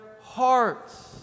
hearts